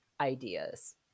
ideas